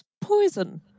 poison